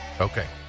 Okay